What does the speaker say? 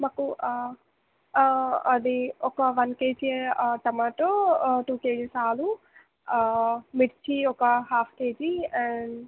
మాకు అది ఒక one K G tomato two K Gs ఆలూ మిర్చి ఒక హాఫ్ కేజీ అండ్